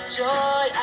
joy